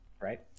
right